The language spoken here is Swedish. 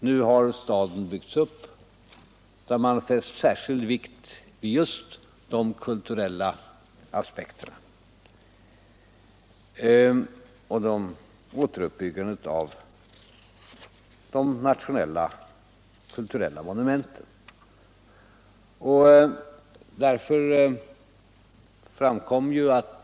Nu har staden byggts upp, varvid man har fäst särskild vikt just vid de kulturella aspekterna och återuppbyggandet av de nationella kulturella monumenten.